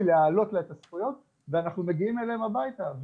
להעלות לה את הזכויות ואנחנו מגיעים אליהם הביתה.